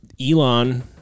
Elon